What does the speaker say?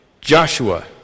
Joshua